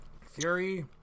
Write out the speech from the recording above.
Fury